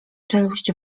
czeluść